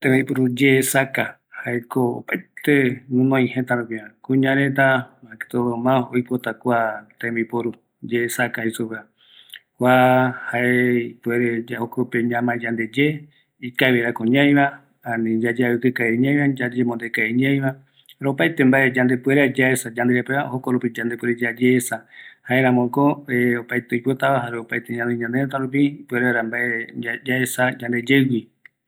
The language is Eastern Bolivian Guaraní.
Kua yeesaka, opaete guinoiva, yayeesa vaera, jare yayeapokavi vaera, kua oipotayeye, kuñareta oyeapo kavi vaera, opa ara rupi, oatai kua oo rupi